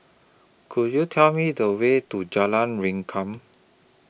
Could YOU Tell Me The Way to Jalan Rengkam